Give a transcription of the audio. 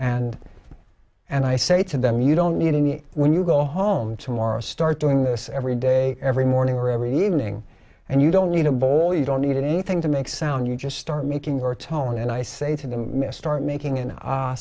and and i say to them you don't need any when you go home tomorrow start doing this every day every morning or every evening and you don't need a bowl you don't need anything to make sound you just start making your tone and i say to them miss start making a